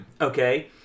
Okay